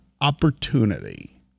opportunity